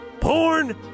porn